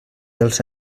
alça